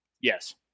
Yes